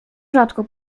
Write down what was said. rzadko